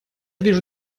вижу